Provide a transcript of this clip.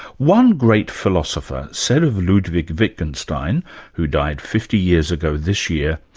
one great philosopher said of ludwig wittgenstein who died fifty years ago this year,